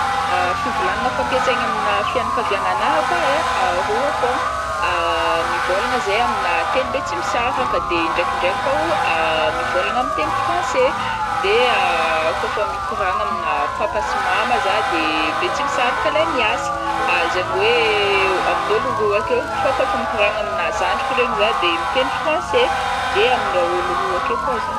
Fivolagnagna fampiasaigny aminà fianakaviagnanahy akao ai aroa fogna, mivolagna zahay amina teny Betsimisaraka, de indraikindraiky koa o mivolagna amina teny français, de kaofa mikoragna aminà papa sy mama zah de Betsimisaraka leha miasa, izaigny hoe amin'ôlo roa akeo, fao kaofa mikoragna amina zandriko regny zah de miteny français de aminà ôlo roa akeo koa zagny.